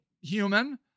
human